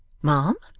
ma'am!